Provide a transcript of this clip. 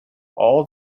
all